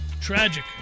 Tragic